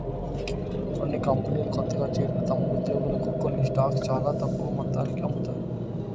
కొన్ని కంపెనీలు కొత్తగా చేరిన తమ ఉద్యోగులకు కొన్ని స్టాక్స్ చాలా తక్కువ మొత్తానికి అమ్ముతారు